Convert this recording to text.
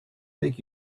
make